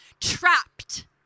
trapped